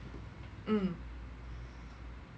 mm